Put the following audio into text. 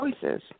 choices